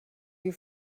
you